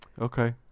Okay